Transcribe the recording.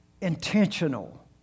intentional